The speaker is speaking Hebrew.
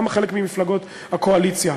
גם בחלק ממפלגות הקואליציה.